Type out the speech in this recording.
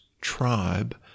tribe